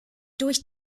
durch